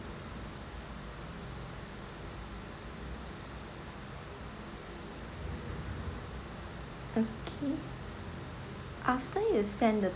okay after you send the